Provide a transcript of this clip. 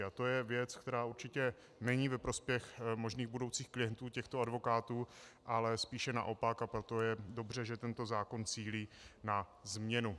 A to je věc, která určitě není ve prospěch možných budoucích klientů těchto advokátů, ale spíše naopak, a proto je dobře, že tento zákon cílí na změnu.